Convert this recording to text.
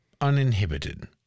Uninhibited